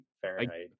fahrenheit